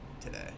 today